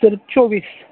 sir चोवीस